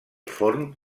forn